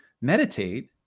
meditate